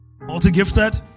Multi-gifted